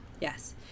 Yes